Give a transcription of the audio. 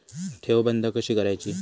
ठेव बंद कशी करायची?